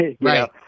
Right